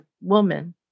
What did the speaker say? woman